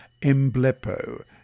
emblepo